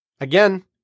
Again